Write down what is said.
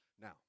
Now